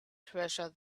treasure